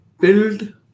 Build